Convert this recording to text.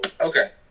Okay